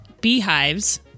beehives